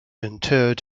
interred